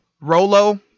Rolo